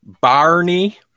Barney